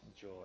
joy